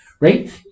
right